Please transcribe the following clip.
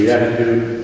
attitude